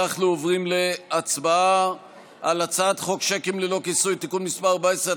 אנחנו עוברים להצבעה על הצעת חוק שיקים ללא כיסוי (תיקון מס' 14),